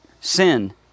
sin